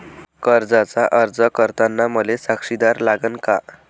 कर्जाचा अर्ज करताना मले साक्षीदार लागन का?